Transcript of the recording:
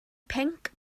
pinc